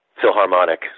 Philharmonic